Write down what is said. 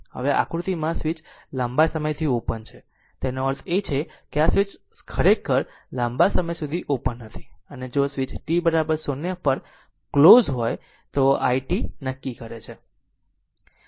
હવે આ આકૃતિમાં સ્વીચ લાંબા સમયથી ઓપન છે તેનો અર્થ એ કે આ સ્વિચ ખરેખર લાંબા સમય સુધી ઓપન હતો અને અને જો સ્વીચ t 0 પર ક્લોઝ હોય તો it નક્કી કરે છે